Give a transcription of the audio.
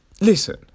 listen